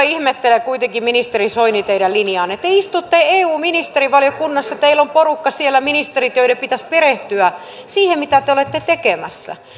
ihmettelen kuitenkin ministeri soini teidän linjaanne te istutte eun ministerivaliokunnassa teillä on porukka siellä ministerit joiden pitäisi perehtyä siihen mitä te olette tekemässä